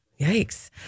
Yikes